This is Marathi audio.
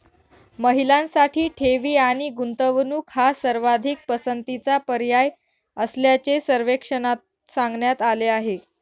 महिलांसाठी ठेवी आणि गुंतवणूक हा सर्वाधिक पसंतीचा पर्याय असल्याचे सर्वेक्षणात सांगण्यात आले आहे